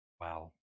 Wow